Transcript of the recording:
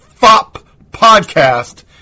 FOPpodcast